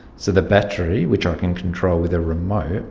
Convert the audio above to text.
so the battery, which i can control with a remote,